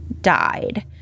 died